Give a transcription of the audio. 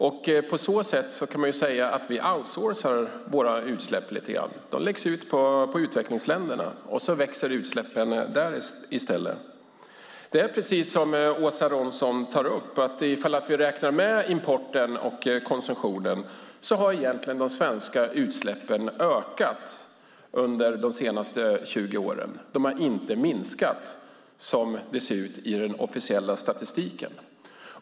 Man kan säga att vi på så sätt outsourcar våra utsläpp lite grann. De läggs ut på utvecklingsländerna, och då växer utsläppen där i stället. Det är precis som Åsa Romson tar upp, nämligen att om vi räknar med importen och konsumtionen har de svenska utsläppen egentligen ökat under de senaste 20 åren. De har inte minskat, som det ser ut i den officiella statistiken.